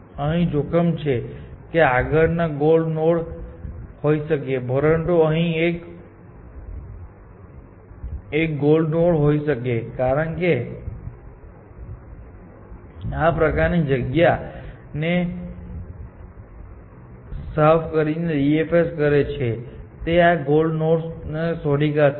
અહીં જોખમ છે કે તેની આગળ ગોલ નોડ હોઈ શકે છે પરંતુ અહીં એક એક ગોલ નોડ હોઈ શકે છે કારણ કે તે આ પ્રકારની જગ્યા ને એ રીતે સાફ કરીને DFS કરે છે કે તે આ ગોલ નોડ શોધી કાઢશે